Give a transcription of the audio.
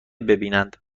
ببینند